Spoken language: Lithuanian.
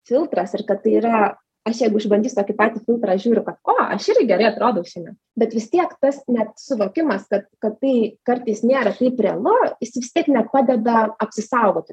filtras ir kad tai yra aš jeigu išbandysiu tokį patį filtrą aš žiuriu kad o aš irgi gerai atrodau šiandien bet vis tiek tas net suvokimas kad kad tai kartais nėra taip realu jis vis tiek nepadeda apsisaugoti